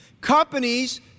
Companies